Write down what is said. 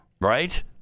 Right